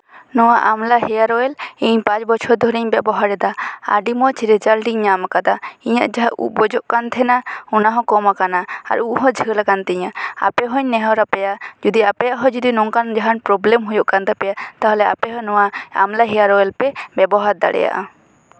ᱱᱚᱣᱟ amla hair oil ᱤᱧ ᱯᱟᱸᱪ ᱵᱚᱪᱷᱚᱨ ᱫᱷᱚᱨᱮᱧ ᱵᱮᱵᱚᱦᱟᱨᱮᱫᱟ ᱟᱹᱰᱤ ᱢᱚᱡᱽ ᱨᱮᱡᱟᱞᱴ ᱤᱧ ᱧᱟᱢ ᱠᱟᱫᱟ ᱤᱧᱟᱹᱜ ᱡᱟᱦᱟᱸ ᱩᱵ ᱵᱚᱡᱚᱜ ᱠᱟᱱ ᱛᱟᱦᱮᱱᱟ ᱚᱱᱟ ᱦᱚ ᱠᱚᱢ ᱟᱠᱟᱱᱟ ᱟᱨ ᱩᱵᱦᱚᱸ ᱡᱷᱟᱹᱞ ᱟᱠᱟᱱ ᱛᱤᱧᱟᱹ ᱟᱯᱮ ᱦᱚᱸᱧ ᱱᱮᱦᱚᱨ ᱟᱯᱮᱭᱟ ᱡᱩᱫᱤ ᱟᱯᱮᱭᱟᱜ ᱦᱚᱸ ᱡᱩᱫᱤ ᱱᱚᱝᱠᱟᱱ ᱡᱟᱦᱟᱱ ᱯᱨᱚᱵᱽᱞᱮᱢ ᱦᱩᱭᱩᱜ ᱠᱟᱱ ᱛᱟᱯᱮᱭᱟ ᱛᱟᱦᱞᱮ ᱟᱯᱮ ᱦᱚᱸ ᱱᱚᱣᱟ ᱟᱢᱞᱟ ᱦᱮᱭᱟᱨ ᱚᱭᱮᱞ ᱯᱮ ᱵᱮᱵᱚᱦᱟᱨ ᱫᱟᱲᱮᱭᱟᱜᱼᱟ